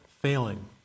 failing